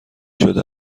شده